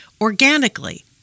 organically